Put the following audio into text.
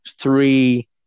three